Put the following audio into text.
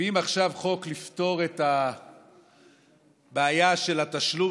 מביאים עכשיו חוק לפתור את הבעיה של התשלום